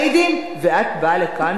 ואת באה לכאן,